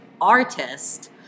artist